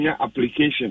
application